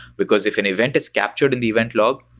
because if an event is captured in the event log,